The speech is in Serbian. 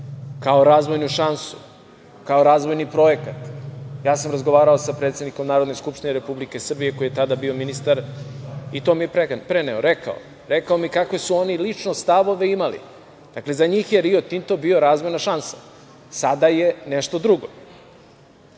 kao razvojnu šansu, kao razvojni projekat. Ja sam razgovarao sa predsednikom Narodne skupštine Republike Srbije koji je tada bio ministar i to mi je preneo. Rekao mi je kakve su oni lično stavove imali. Dakle, za njih je "Rio Tinto" bio razvojna šansa. Sada je nešto